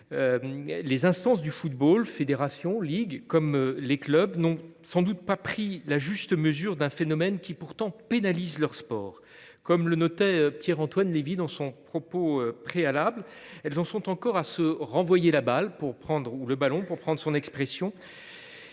les instances du football – fédération, ligues ou clubs – n’ont sans doute pas pris la juste mesure d’un phénomène, qui, pourtant, pénalise leur sport. Comme le notait Pierre Antoine Levi dans son propos préalable, elles en sont encore à « se renvoyer le ballon », pour reprendre les termes